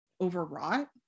overwrought